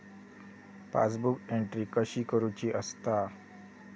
Passbook entry कशी करुची असता?